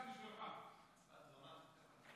ההצעה להעביר את הנושא לוועדת החוץ והביטחון נתקבלה.